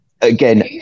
again